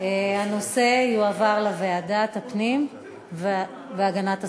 הנושא יועבר לוועדת הפנים והגנת הסביבה.